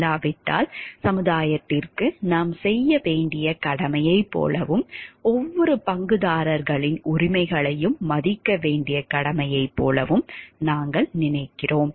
இல்லாவிட்டால் சமுதாயத்திற்கு நாம் செய்ய வேண்டிய கடமையைப் போலவும் ஒவ்வொரு பங்குதாரர்களின் உரிமைகளையும் மதிக்க வேண்டிய கடமையைப் போலவும் நாங்கள் நினைக்கிறோம்